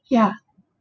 ya